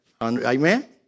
Amen